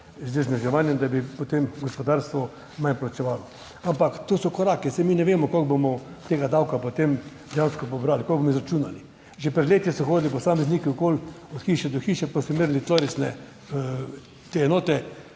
(nadaljevanje) potem gospodarstvo manj plačevalo. Ampak to so koraki, saj mi ne vemo koliko bomo tega davka potem dejansko pobrali, kako bomo izračunali. Že pred leti so hodili posamezniki okoli od hiše do hiše pa so merili tlorisne te enote,